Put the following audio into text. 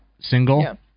single